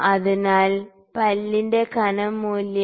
അതിനാൽ പല്ലിന്റെ കനം മൂല്യം